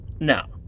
Now